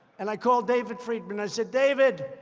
and i called david friedman. i said, david,